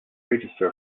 register